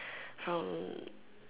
from